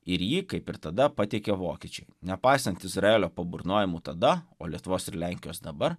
ir jį kaip ir tada pateikė vokiečiai nepaisant izraelio paburnojimų tada o lietuvos ir lenkijos dabar